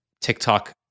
TikTok